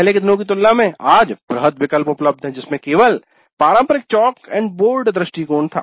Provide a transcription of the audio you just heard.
पहले के दिनों की तुलना में आज वृहद विकल्प उपलब्ध है जिसमें केवल पारंपरिक 'चाक और बोर्ड ' दृष्टिकोण था